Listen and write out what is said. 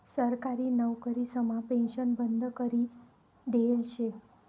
सरकारी नवकरीसमा पेन्शन बंद करी देयेल शे